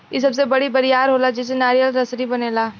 इ सबसे बड़ी बरियार होला जेसे नारियर के रसरी बनेला